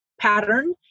pattern